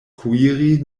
kuiri